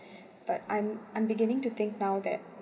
but I'm I'm beginning to think now that